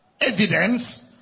evidence